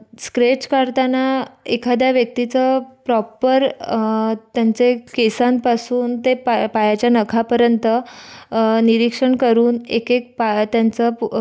sketch काढतांना एखाद्या व्यक्तीचं प्रॉपर त्यांचे केसांपासून ते पाय पायाच्या नखापर्यंत निरीक्षण करून एक एक पाय त्यांचं